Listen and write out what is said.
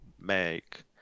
make